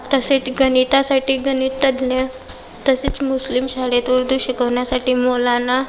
तसेच गणितासाठी गणित तज्ज्ञ तसेच मुस्लिम शाळेत उर्दू शिकवण्यासाठी मौलाना